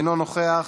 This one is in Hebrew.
אינו נוכח,